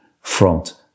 front